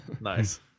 Nice